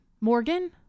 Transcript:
Morgan